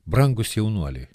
brangūs jaunuoliai